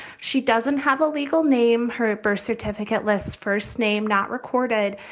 she doesn't have a legal name. her birth certificate lists, first name not recorded.